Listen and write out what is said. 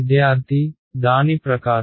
విద్యార్థి దాని ప్రకారం